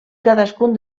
cadascun